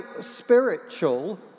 spiritual